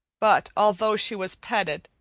but although she was petted,